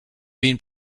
been